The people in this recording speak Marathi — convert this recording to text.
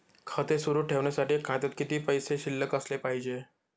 खाते सुरु ठेवण्यासाठी खात्यात किती पैसे शिल्लक असले पाहिजे?